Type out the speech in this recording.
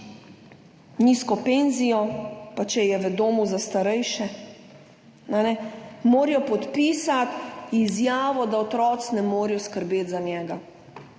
nizko penzijo, pa če je v domu za starejše, morajo podpisati izjavo, da otroci ne morejo skrbeti za njega.